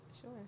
Sure